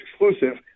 Exclusive